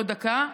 עוד דקה,